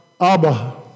Abba